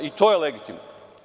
I to je legitimno.